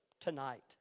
tonight